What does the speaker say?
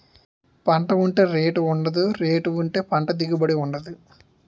పంట ఉంటే రేటు ఉండదు, రేటు ఉంటే పంట దిగుబడి ఉండదు